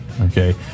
Okay